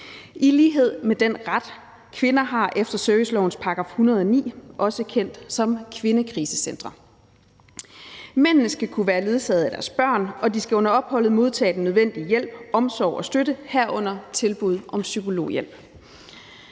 i lighed med den ret, kvinder har efter servicelovens § 109. Mændene skal kunne være ledsaget af deres børn, og de skal under opholdet kunne modtage den nødvendige hjælp, omsorg og støtte, herunder tilbud om psykologhjælp.